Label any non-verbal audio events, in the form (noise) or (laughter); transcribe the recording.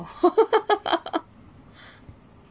(laughs)